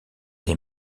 les